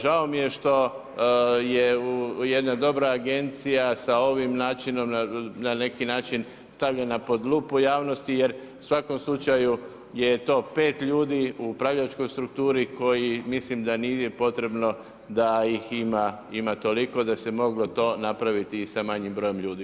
Žao mi je što je jedna dobra agencija sa ovim načinom stavljena na neki način pod lupu javnosti jer u svakom slučaju je to pet ljudi u upravljačkoj strukturi koji mislim da nije potrebno da ih ima toliko, da se moglo to napraviti i sa manjim brojem ljudi.